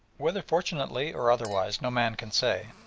whether fortunately or otherwise no man can say,